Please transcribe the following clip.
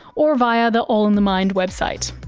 or via the all in the mind website.